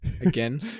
Again